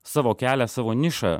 savo kelią savo nišą